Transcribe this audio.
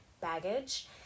baggage